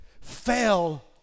fell